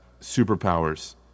superpowers